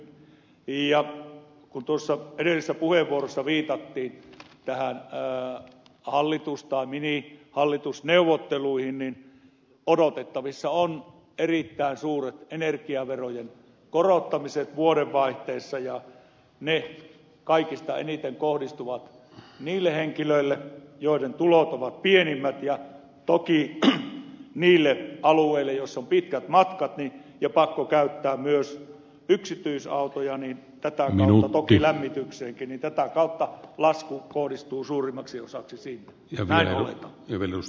kun tuossa edellisessä puheenvuorossa viitattiin näihin minihallitusneuvotteluihin niin odotettavissa on erittäin suuret energiaverojen korottamiset vuodenvaihteessa ja kaikista eniten ne kohdistuvat niille henkilöille joiden tulot ovat pienimmät ja toki niille alueille joilla on pitkät matkat ja pakko käyttää myös yksityisautoja tätä kautta toki lämmitykseenkin niin että tätä kautta lasku kohdistuu suurimmaksi osaksi sinne